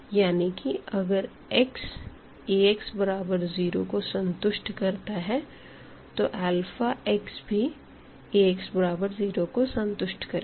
यानी कि अगर x Ax0को संतुष्ट करता है तो अल्फा x भी Ax0 को संतुष्ट करेगा